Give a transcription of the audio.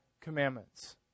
commandments